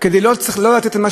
וגם אם לא מפת לחמם,